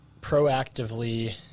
proactively